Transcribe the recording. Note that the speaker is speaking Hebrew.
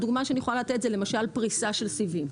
הדוגמה שאני יכולה לתת זה למשל פריסה של סיבים.